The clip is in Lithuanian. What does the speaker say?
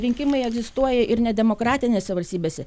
rinkimai egzistuoja ir nedemokratinėse valstybėse